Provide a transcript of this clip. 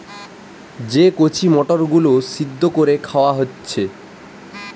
যে কচি মটর গুলো সিদ্ধ কোরে খাওয়া হচ্ছে